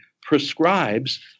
prescribes